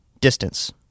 distance